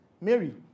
Mary